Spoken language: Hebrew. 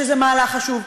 שזה מהלך חשוב,